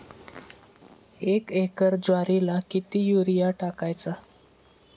एक एकर ज्वारीला किती युरिया टाकायचा?